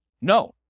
No